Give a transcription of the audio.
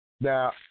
Now